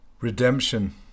Redemption